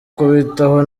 kubitaho